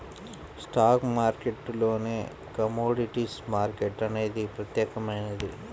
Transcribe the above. stock మార్కెట్టులోనే commodities market అనేది ప్రత్యేకమైనది